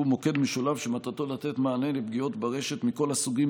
שהוא מוקד משולב שמטרתו לתת מענה לפגיעות ברשת מכל הסוגים,